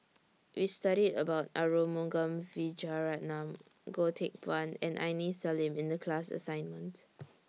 We studied about Arumugam Vijiaratnam Goh Teck Phuan and Aini Salim in The class assignment